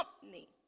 company